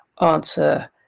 answer